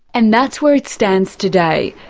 and that's where it stands today.